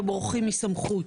לא בורחים מסמכות.